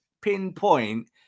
pinpoint